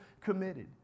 committed